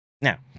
Now